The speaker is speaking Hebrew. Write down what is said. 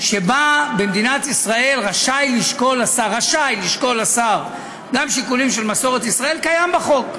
שבה במדינת ישראל השר רשאי לשקול גם שיקולים של מסורת ישראל קיימת בחוק,